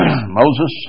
Moses